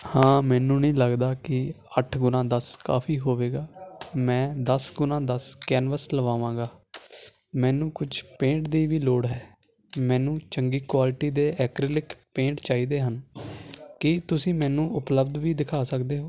ਹਾਂ ਮੈਨੂੰ ਨਹੀਂ ਲੱਗਦਾ ਕਿ ਅੱਠ ਗੁਣਾ ਦਸ ਕਾਫ਼ੀ ਹੋਵੇਗਾ ਮੈਂ ਦਸ ਗੁਣਾ ਦਸ ਕੈਨਵਸ ਲਵਾਵਾਂਗਾ ਮੈਨੂੰ ਕੁਝ ਪੇਂਟ ਦੀ ਵੀ ਲੋੜ ਹੈ ਮੈਨੂੰ ਚੰਗੀ ਕੁਆਲਿਟੀ ਦੇ ਐਕਰੀਲਿਕ ਪੇਂਟ ਚਾਹੀਦੇ ਹਨ ਕੀ ਤੁਸੀਂ ਮੈਨੂੰ ਉਪਲਬਧ ਵੀ ਦਿਖਾ ਸਕਦੇ ਹੋ